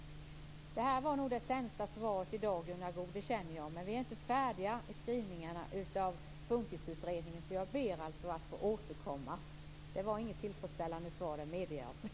Jag känner att detta var det sämsta svaret i dag, Gunnar Goude. Men vi är inte färdiga med skrivningarna när det gäller FUNKIS-utredningen, så jag ber att få återkomma. Det var inget tillfredsställande svar; det medger jag.